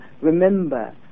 remember